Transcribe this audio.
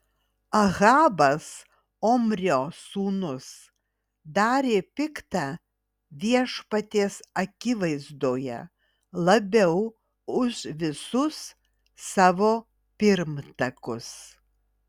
ahabas omrio sūnus darė pikta viešpaties akivaizdoje labiau už visus savo pirmtakus